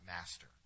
master